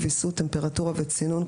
ויסות טמפרטורה וצינון,